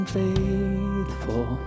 faithful